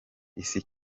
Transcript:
isi